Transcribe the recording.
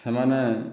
ସେମାନେ